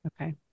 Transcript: Okay